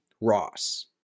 ross